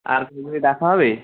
আর কাউকে ডাকা হবে